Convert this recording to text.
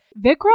Vikram